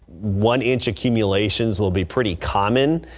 one inch accumulations will be pretty common.